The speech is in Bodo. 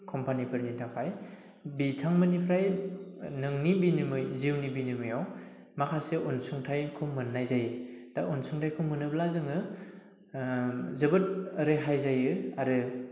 कम्पानिफोरनि थाखाय बिथांमोननिफ्राय नोंनि बिनिमय जिउनि बिनिमयआव माखासे अनसुंथायखौ मोननाय जायो दा अनसुंथायखौ मोनोब्ला जोङो जोबोद रेहाय जायो आरो